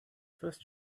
first